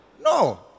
No